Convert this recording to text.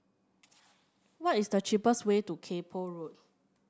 what is the cheapest way to Kay Poh Road